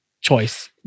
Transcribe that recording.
choice